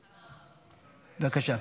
בבקשה.